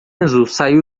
saiu